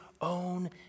own